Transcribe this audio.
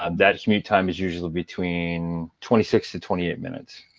um that commute time is usually between twenty six to twenty eight minutes.